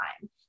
time